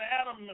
Adam